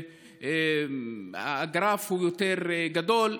והגרף הוא יותר גדול,